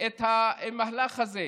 את המהלך הזה.